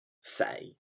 say